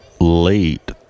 late